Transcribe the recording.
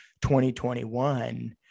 2021